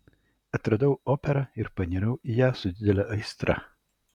atradau operą ir panirau į ją su didele aistra